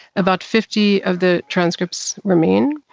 about fifty of the transcripts remain.